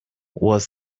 was